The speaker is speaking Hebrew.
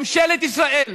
ממשלת ישראל,